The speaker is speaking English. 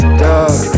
dog